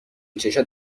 چشات